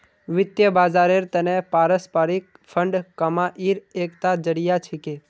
वित्त बाजारेर त न पारस्परिक फंड कमाईर एकता जरिया छिके